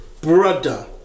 brother